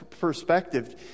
perspective